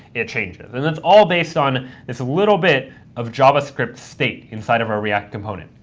it changes. and it's all based on it's a little bit of javascript state inside of our react component.